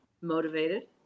motivated